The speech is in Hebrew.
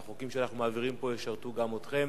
והחוקים שאנחנו מעבירים פה ישרתו גם אתכם,